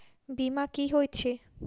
बीमा की होइत छी?